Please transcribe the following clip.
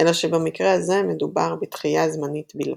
אלא שבמקרה הזה, מדובר בתחייה זמנית בלבד.